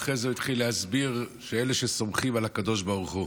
ואחרי זה הוא התחיל להסביר שהם אלה שסומכים על הקדוש ברוך הוא.